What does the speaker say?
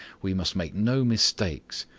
we must make no mistakes.